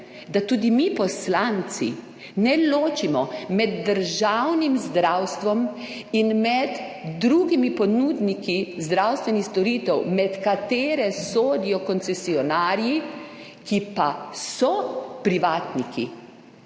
da tudi mi poslanci ne ločimo med državnim zdravstvom in med drugimi ponudniki zdravstvenih storitev, med katere sodijo koncesionarji, ki pa so privatniki.